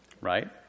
right